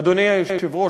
אדוני היושב-ראש,